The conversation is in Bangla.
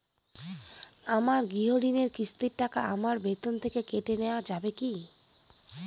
আমার গৃহঋণের কিস্তির টাকা আমার বেতন থেকে কেটে নেওয়া যাবে কি?